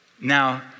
Now